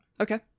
okay